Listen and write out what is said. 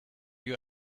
you